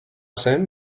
zen